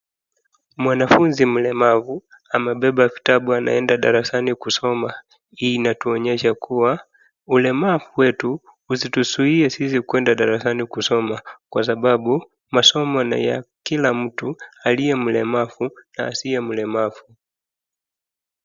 Mwanafunzi mlemavu amebeba vitabu anaenda darasani kusoma, hii inatuonyesha kuwa ulemavu wetu usituzuie sisi kwenda darasani kusoma kwa sababu masomo ni ya kila mtu aliye mlemavu na asiye mlemavu.